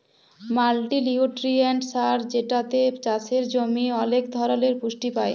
multinutrient সার যেটাতে চাসের জমি ওলেক ধরলের পুষ্টি পায়